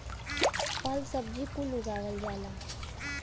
फल सब्जी कुल उगावल जाला